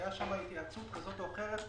שהיתה שם התייעצות כזו או אחרת.